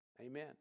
Amen